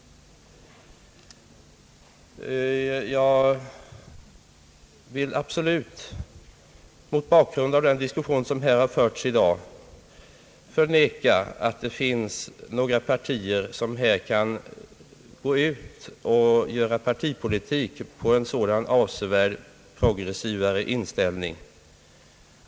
Jag vill absolut, mot bakgrund av den diskussion som har förts i dag, förneka att det finns några partier som kan gå ut och göra partipolitik på en sådan avsevärt progressivare inställning.